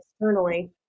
externally